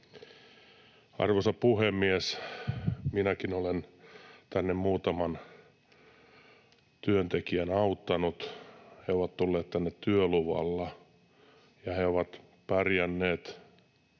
Arvoisa puhemies! Minäkin olen tänne muutaman työntekijän auttanut. He ovat tulleet tänne työluvalla, ja he ovat pärjänneet